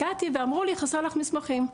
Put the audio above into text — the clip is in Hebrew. הגעתי ואמרו לי חסר לך מסמכים.